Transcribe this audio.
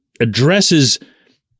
Addresses